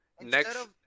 next